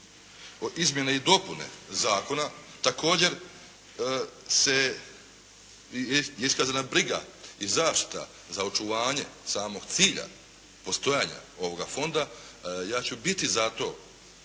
izmjene i dopune zakona također se, je iskazana briga i zaštita za očuvanje samog cilja postojanja ovoga Fonda. Ja ću biti za to